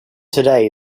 today